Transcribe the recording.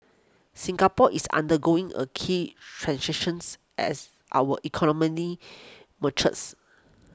Singapore is undergoing a key transitions as our matures